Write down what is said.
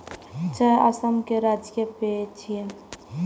चाय असम केर राजकीय पेय छियै